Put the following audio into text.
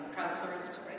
crowdsourced